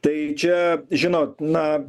tai čia žinot na